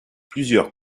plusieurs